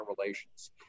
relations